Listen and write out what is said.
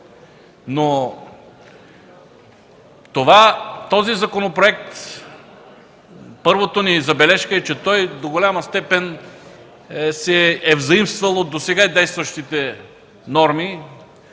Този законопроект, първата ни забележка, до голяма степен е заимствал от досега действащите норми.